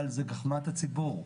אבל זה גחמת הציבור,